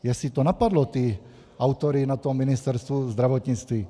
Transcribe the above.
Jestli to napadlo ty autory na Ministerstvu zdravotnictví?